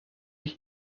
ich